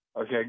Okay